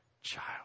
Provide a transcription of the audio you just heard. child